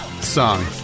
song